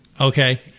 Okay